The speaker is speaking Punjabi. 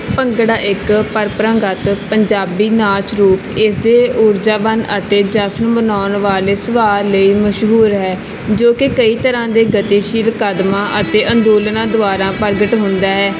ਭੰਗੜਾ ਇੱਕ ਪ੍ਰੰਪਰਾਗਤ ਪੰਜਾਬੀ ਨਾਚ ਰੂਪ ਇਸੇ ਊਰਜਾਬੰਧ ਅਤੇ ਜਸ਼ਨ ਮਨਾਉਣ ਵਾਲੇ ਸੁਭਾਅ ਲਈ ਮਸ਼ਹੂਰ ਹੈ ਜੋ ਕਿ ਕਈ ਤਰ੍ਹਾਂ ਦੇ ਗਤੀਸ਼ੀਲ ਕਦਮਾਂ ਅਤੇ ਅੰਦੋਲਨਾਂ ਦੁਆਰਾ ਪ੍ਰਗਟ ਹੁੰਦਾ ਹੈ